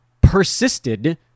persisted